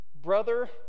Brother